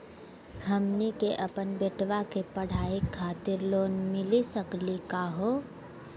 हमनी के अपन बेटवा के पढाई खातीर लोन मिली सकली का हो?